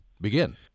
begin